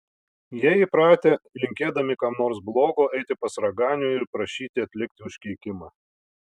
jie įpratę linkėdami kam nors blogo eiti pas raganių ir prašyti atlikti užkeikimą